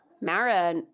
Mara